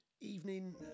evening